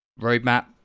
roadmap